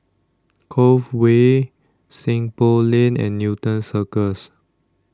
Cove Way Seng Poh Lane and Newton Cirus